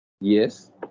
Yes